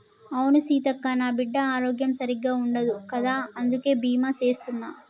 అవును సీతక్క, నా బిడ్డ ఆరోగ్యం సరిగ్గా ఉండదు కదా అందుకే బీమా సేత్తున్న